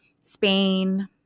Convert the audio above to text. Spain